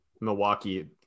Milwaukee